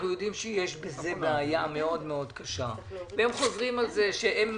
אנחנו יודעים שיש בזה בעיה מאוד מאוד קשה והם חוזרים על זה שהם